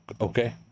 okay